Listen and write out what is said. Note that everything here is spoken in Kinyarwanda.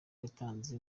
yatanze